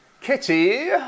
Kitty